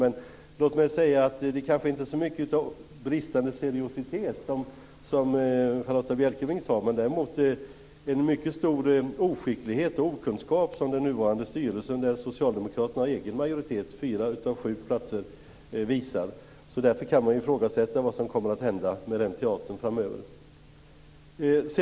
Låt mig ändå säga att det kanske inte så mycket är bristande seriositet, som Charlotta Bjälkebring sade. Däremot är det en mycket stor oskicklighet och okunskap som den nuvarande styrelsen, där Socialdemokraterna har egen majoritet med fyra av sju platser, visar. Därför kan man ifrågasätta vad som kommer att hända med den teatern framöver.